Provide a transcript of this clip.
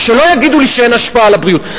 ושלא יגידו לי שאין השפעה על הבריאות.